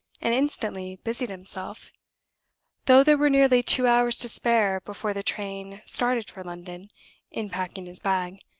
and instantly busied himself though there were nearly two hours to spare before the train started for london in packing his bag.